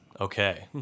Okay